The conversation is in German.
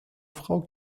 frau